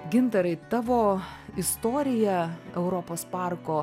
gintarai tavo istorija europos parko